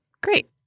Great